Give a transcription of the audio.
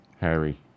Harry